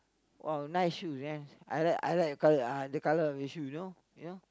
!wow! nice shoes right I like I like your colour uh the colour of your shoes you know you know